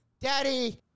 Daddy